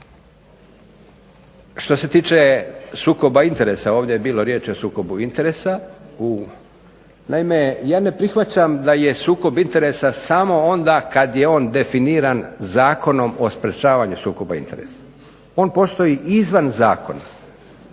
Što se tiče sukoba interesa, ovdje je bilo riječi o sukobu interesa. Naime ja ne prihvaćam da je sukob interesa samo onda kad je on definiran Zakonom o sprječavanju sukoba interesa. On postoji izvan zakona.